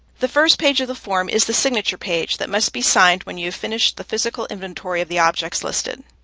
the first page of the form is the signature page that must be signed when you have finished the physical inventory of the objects listed.